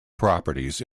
properties